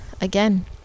again